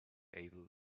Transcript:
able